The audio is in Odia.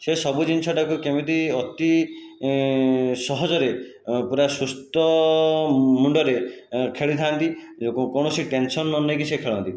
ସେ ସବୁ ଜିନିଷଟାକୁ କେମିତି ଅତି ସହଜରେ ପୁରା ସୁସ୍ଥ ମୁଣ୍ଡରେ ଖେଳିଥାନ୍ତି କୋ କୌଣସି ଟେନସନ୍ ନ ନେଇକି ସେ ଖେଳନ୍ତି